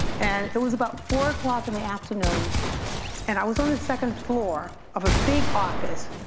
and it was about four o'clock in the afternoon and i was on the second floor of a big office,